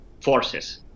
forces